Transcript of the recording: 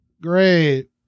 Great